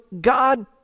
God